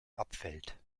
abfällt